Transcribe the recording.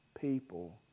people